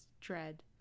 dread